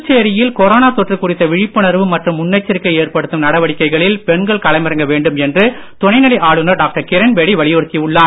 புதுச்சேரியில் கொரோனா தொற்று குறித்த விழிப்புணர்வு மற்றும் முன்னெச்சரிக்கை ஏற்படுத்தும் நடவடிக்கைகளில் பெண்கள் களமிறங்க வேண்டும் என்று துணைநிலை ஆளுநர் டாக்டர் கிரண்பேடி வலியுறுத்தி உள்ளார்